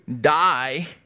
die